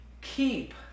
keep